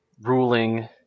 ruling